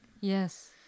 Yes